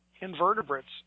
invertebrates